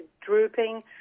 drooping